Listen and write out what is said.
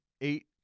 eight